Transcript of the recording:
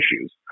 issues